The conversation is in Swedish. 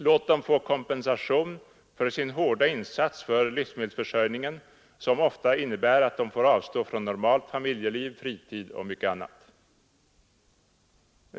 Låt dem få kompensation för sin hårda insats för livsmedelsförsörjningen, som ofta innebär att de måste avstå från normalt familjeliv, fritid och mycket annat!